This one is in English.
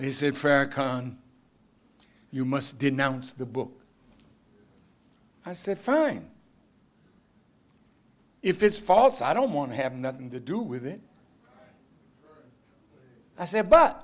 khan you must denounce the book i said fine if it's false i don't want to have nothing to do with it i said but